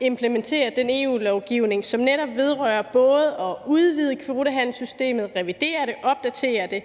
implementerer den EU-lovgivning, som netop vedrører både at udvide kvotehandelssystemet, revidere det, opdatere det